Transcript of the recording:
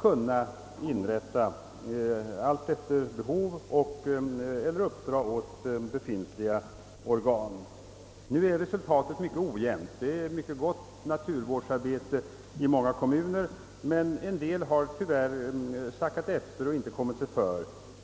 kun na inrätta en sådan allt efter behov eller också ge uppdraget åt ett redan befintligt organ. Nu är resultatet mycket ojämnt ute i kommunerna. I många kommuner finns det en mycket god naturvård, men vissa har tyvärr sackat efter.